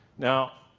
now,